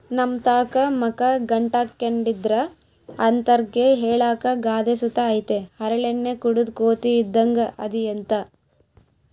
ನಮ್ತಾಕ ಮಕ ಗಂಟಾಕ್ಕೆಂಡಿದ್ರ ಅಂತರ್ಗೆ ಹೇಳಾಕ ಗಾದೆ ಸುತ ಐತೆ ಹರಳೆಣ್ಣೆ ಕುಡುದ್ ಕೋತಿ ಇದ್ದಂಗ್ ಅದಿಯಂತ